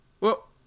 Well-